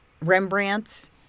Rembrandt's